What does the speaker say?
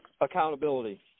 accountability